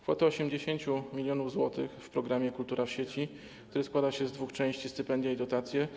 Kwotę 80 mln zł w programie „Kultura w sieci”, który składa się z dwóch części: stypendia i dotacje.